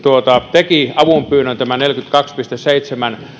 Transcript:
teki avunpyynnön tämän neljänkymmenenkahden piste seitsemännen